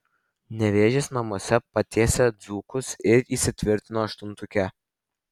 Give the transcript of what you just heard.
nevėžis namuose patiesė dzūkus ir įsitvirtino aštuntuke